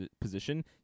position